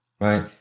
right